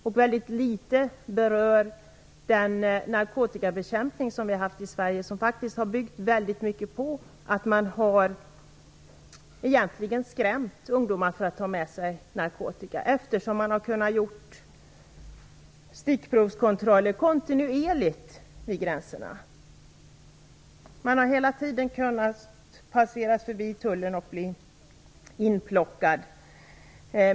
Han berör också mycket litet den narkotikabekämpning som vi haft i Sverige, och som väldigt mycket byggt på att man egentligen skrämt ungdomar för att ta med sig narkotika. Man har kontinuerligt kunnat göra stickprovskontroller vid gränserna. Människor har hela tiden kunnat passera förbi tullen och bli inplockade.